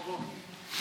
חבריי וחברותיי